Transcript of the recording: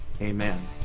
amen